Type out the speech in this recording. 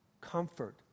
comfort